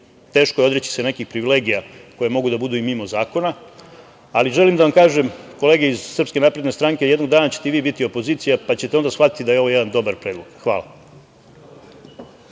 teško je odreći se nekih privilegija koje mogu da budu i mimo zakona, ali želim da vam kažem, kolege iz SNS, jednog dana ćete i vi biti opozicija, pa ćete onda shvatiti da je ovo jedan dobar predlog. Hvala.